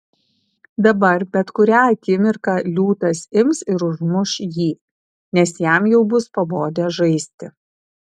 dabar bet kurią akimirką liūtas ims ir užmuš jį nes jam jau bus pabodę žaisti